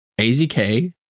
AZK